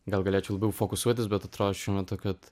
gal galėčiau labiau fokusuotas bet atrodo šiuo metu kad